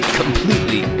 completely